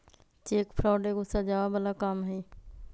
cheque fraud एगो सजाओ बला काम हई